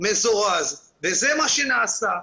מזורז וזה מה שנעשה.